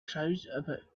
crowd